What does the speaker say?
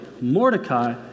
Mordecai